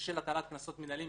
של הטלת קנסות מינהליים.